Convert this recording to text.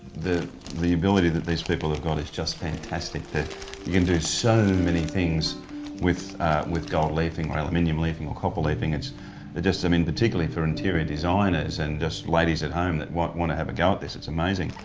the the ability that these people have got is just fantastic, that you can do so many things with with gold leafing, or aluminium leafing, or copper leafing. it's just i mean particularly for interior designers and just ladies at home that want want to have a go at this it's amazing.